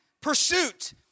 pursuit